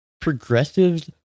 progressives